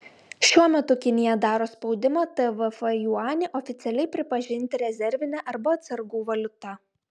šiuo metu kinija daro spaudimą tvf juanį oficialiai pripažinti rezervine arba atsargų valiuta